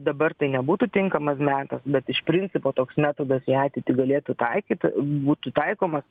dabar tai nebūtų tinkamas metas bet iš principo toks metodas į ateitį galėtų taikyt būtų taikomas